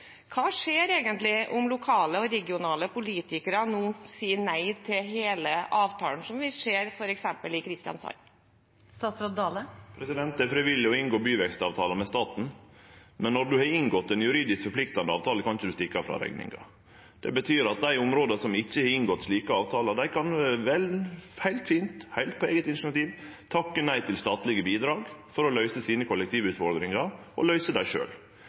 skjer egentlig om lokale og regionale politikere nå sier nei til hele avtalen, som vi ser f.eks. i Kristiansand? Det er frivillig å inngå byvekstavtalar med staten, men når ein har inngått ein juridisk forpliktande avtale, kan ein ikkje stikke av frå rekninga. Det betyr at dei områda som ikkje har inngått slike avtalar, dei kan heilt fint, heilt på eige initiativ, takke nei til statlege bidrag for å løyse sine kollektivutfordringar – og løyse dei